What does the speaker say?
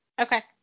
Okay